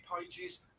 pages